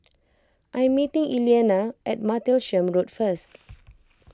I am meeting Elianna at Martlesham Road first